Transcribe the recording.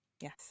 Yes